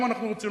אם אנחנו רוצים,